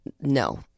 No